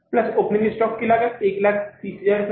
plus opening stock की लागत 130000 है